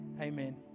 Amen